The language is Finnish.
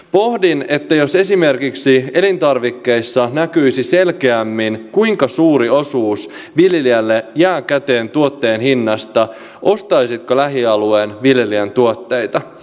pohdin että jos esimerkiksi elintarvikkeissa näkyisi selkeämmin kuinka suuri osuus viljelijälle jää käteen tuotteen hinnasta niin ostaisitko lähialueen viljelijän tuotteita